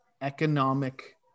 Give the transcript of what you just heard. economic